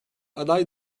aday